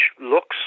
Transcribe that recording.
looks